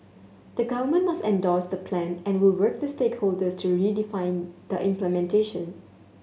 the Government must endorsed the plan and will work with stakeholders to redefine the implementation